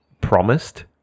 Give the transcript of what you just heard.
promised